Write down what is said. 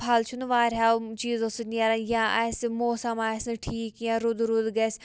پھل چھُنہٕ واریاہو چیٖزو سۭتۍ نیران یا آسہِ موسم آسہِ نہٕ ٹھیٖک کینٛہہ رُدٕ رُدٕ گژھِ